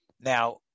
Now